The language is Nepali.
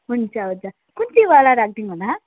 हुन्छ हुन्छ कुन चाहिँ वाला राखिदिनु होला